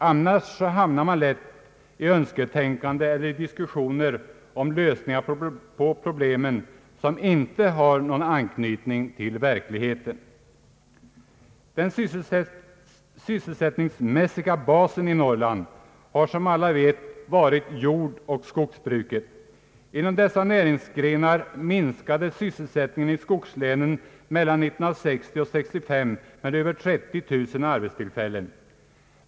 Annars hamnar man lätt i önsketänkande eller i diskussioner om lösningar på problemen som inte har någon anknytning i verkligheten. Den sysselsättningsmässiga basen i Norrland har som alla vet varit iordoch skogsbruket. Inom dessa näringsgrenar minskade sysselsättningen i skogslänen mellan åren 1960 och 1965 med över 30 000 arbetstillfällen.